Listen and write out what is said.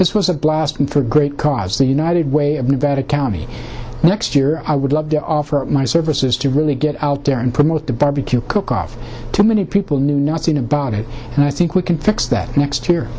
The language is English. this was a blast and for a great cause the united way of nevada county next year i would love to offer my services to really get out there and promote the barbecue cookoff to many people knew nothing about it and i see we can fix that next year